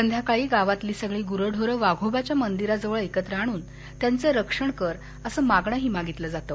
संध्याकाळी गावातील सगळी गुरेढोर वाघोबाच्या मंदिराजवळ एकत्र आणून त्याचं रक्षण कर असं मागण मागितलं जाते